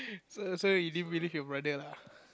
so you didn't believe your brother lah